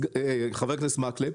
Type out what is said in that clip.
חבר הכנסת מקלב,